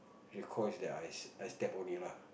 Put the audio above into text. recall is that I I step on it only lah